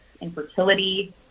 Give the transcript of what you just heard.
infertility